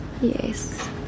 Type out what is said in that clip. Yes